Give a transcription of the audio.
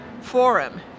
forum